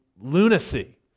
lunacy